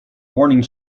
morning